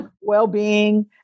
well-being